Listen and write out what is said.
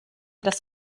das